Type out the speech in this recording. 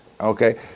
Okay